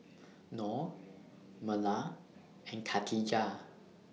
Nor Melur and Khatijah